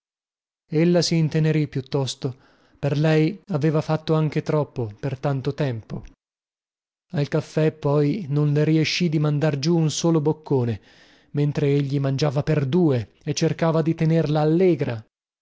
bene ella si intenerì piuttosto per lei aveva fatto anche troppo per tanto tempo al caffè poi non le riescì di mandar giù un solo boccone mentre egli mangiava per due e cercava di tenerla allegra